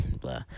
blah